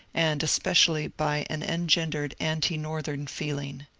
and especially by an engendered anti-northern feeling.